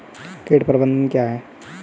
कीट प्रबंधन क्या है?